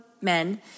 men